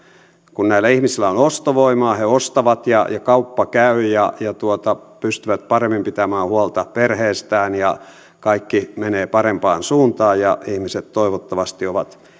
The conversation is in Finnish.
kun näillä ihmisillä on ostovoimaa he ostavat ja kauppa käy ja he pystyvät paremmin pitämään huolta perheestään ja kaikki menee parempaan suuntaan ja toivottavasti ihmiset ovat